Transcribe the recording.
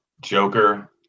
Joker